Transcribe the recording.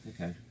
Okay